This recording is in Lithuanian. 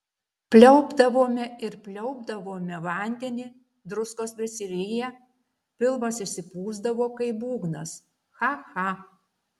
pliaupdavome ir pliaupdavome vandenį druskos prisiriję pilvas išsipūsdavo kaip būgnas cha cha